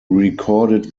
recorded